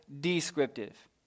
descriptive